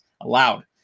allowed